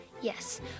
Yes